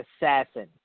assassin